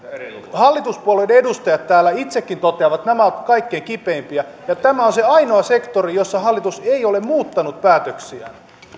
hallituspuolueiden edustajat täällä itsekin toteavat nämä ovat kaikkein kipeimpiä ja tämä on se ainoa sektori jossa hallitus ei ole muuttanut päätöksiään